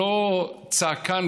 לא צעקן,